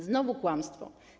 Znowu kłamstwo.